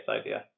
idea